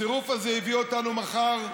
הצירוף הזה הביא אותנו מחר,